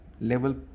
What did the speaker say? level